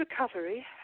recovery